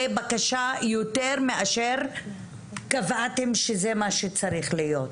בקשה יותר מאשר קבעתם שזה מה שצריך להיות?